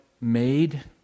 made